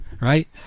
right